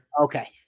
Okay